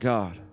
God